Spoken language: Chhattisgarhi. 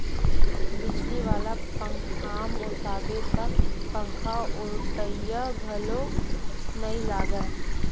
बिजली वाला पंखाम ओसाबे त पंखाओटइया घलोक नइ लागय